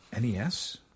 NES